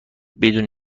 بدون